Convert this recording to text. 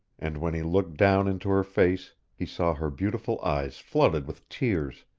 and when he looked down into her face he saw her beautiful eyes flooded with tears,